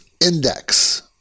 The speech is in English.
Index